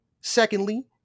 Secondly